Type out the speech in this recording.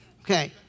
Okay